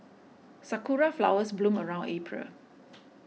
sakura flowers bloom around April